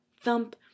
Thump